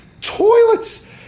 toilets